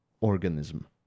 organism